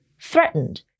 threatened